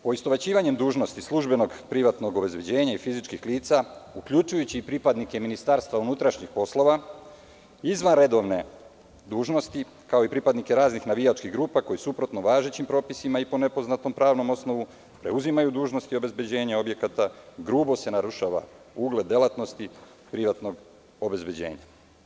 Poistovećivanjem dužnosti službenog, privatnog obezbeđenja i fizičkih lica, uključujući i pripadnike Ministarstva unutrašnjih poslova, izvan redovne dužnosti, ako i pripadnike raznih navijačkih grupa koji suprotno važećim propisima i po nepoznatom pravnom osnovu preuzimaju dužnost i obezbeđenje objekata, grubo se narušava ugled delatnosti privatnog obezbeđenja.